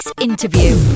interview